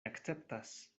akceptas